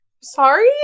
sorry